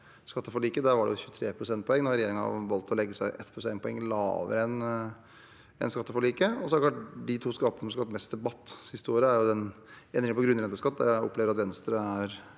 Den var på 23 pst., og regjeringen har valgt å legge seg 1 prosentpoeng lavere enn skatteforliket. De to skattene som har skapt mest debatt det siste året, er endringen på grunnrenteskatt, der jeg opplever at Venstre er